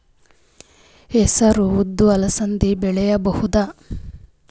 ಹೆಸರು ಉದ್ದು ಅಲಸಂದೆ ಬೆಳೆಯಬಹುದಾ?